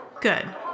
Good